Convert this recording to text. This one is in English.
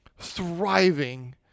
thriving